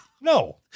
No